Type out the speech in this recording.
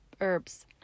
herbs